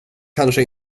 kanske